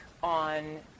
on